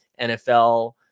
NFL